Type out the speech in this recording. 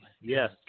Yes